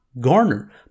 garner